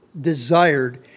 desired